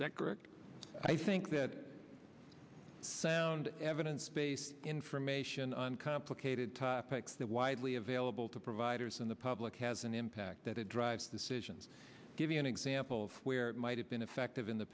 that correct i think that sound evidence based information on complicated topics that widely available to providers in the public has an impact that it drives decisions give you an example of where it might have been effective in the